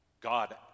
God